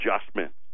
adjustments